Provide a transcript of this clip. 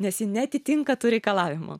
nes ji neatitinka tų reikalavimų